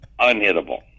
unhittable